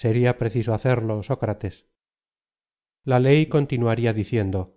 seria preciso hacerlo sócrates la ley continuaría diciendo